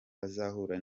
bazahura